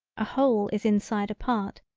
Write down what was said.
a whole is inside a part,